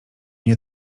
nie